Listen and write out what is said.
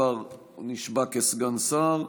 כבר נשבע כסגן שר,